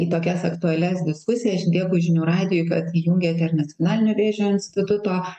į tokias aktualias diskusijas dėkui žinių radijui kad įjungė ir nacionalinio vėžio instituto